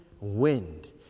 wind